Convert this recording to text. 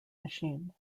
machine